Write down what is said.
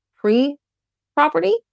pre-property